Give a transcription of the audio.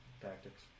tactics